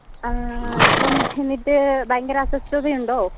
ആ ഇപ്പം എന്നിട്ട് ഭയങ്കര അസ്വസ്ഥതയുണ്ടോ